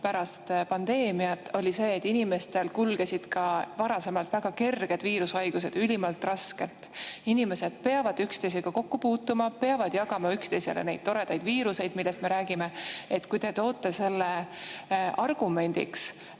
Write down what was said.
pärast pandeemiat, et inimestel kulgesid ka varasemalt väga kerged viirushaigused ülimalt raskelt. Inimesed peavad üksteisega kokku puutuma, peavad jagama üksteisele neid toredaid viiruseid, millest me räägime. Kui te toote selle argumendiks,